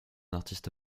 artiste